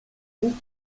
buch